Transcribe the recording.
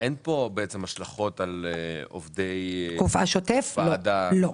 אין פה השלכות על עובדי הוועדה השוטפים?